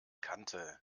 kante